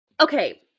Okay